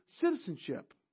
citizenship